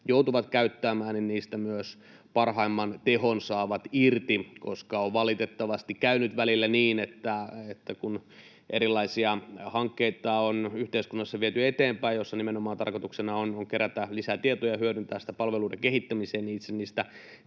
joutuvat käyttämään, niistä myös parhaimman tehon saavat irti? On valitettavasti käynyt välillä niin, että kun yhteiskunnassa on viety eteenpäin erilaisia hankkeita, joissa tarkoituksena on nimenomaan kerätä lisää tietoja ja hyödyntää niitä palveluiden kehittämiseen, niin itse niistä